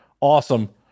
Awesome